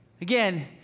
Again